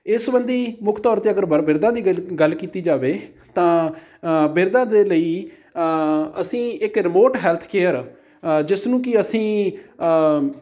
ਇਸ ਸੰਬੰਧੀ ਮੁੱਖ ਤੌਰ 'ਤੇ ਅਗਰ ਵਰ ਬਿਰਧਾਂ ਦੀ ਗੱਲ ਕੀਤੀ ਜਾਵੇ ਤਾਂ ਬਿਰਧਾਂ ਦੇ ਲਈ ਅਸੀਂ ਇੱਕ ਰਿਮੋਟ ਹੈਲਥਕੇਅਰ ਜਿਸ ਨੂੰ ਕਿ ਅਸੀਂ